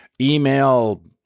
email